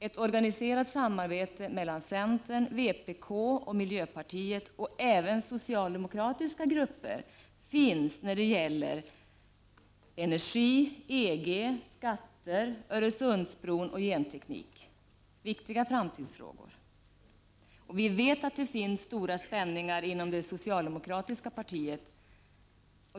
Ett organiserat samarbete mellan centern, vpk och miljöpartiet och även socialdemokratiska grupper finns i viktiga framtidsfrågor som energi, EG, skatter, Öresundsbron och genteknik. Vi vet att det finns stora spänningar inom det socialdemokratiska partiet.